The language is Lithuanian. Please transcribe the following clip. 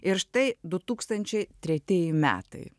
ir štai du tūkstančiai tretieji metai